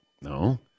no